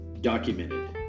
documented